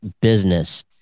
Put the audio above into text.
business